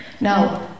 Now